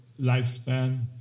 lifespan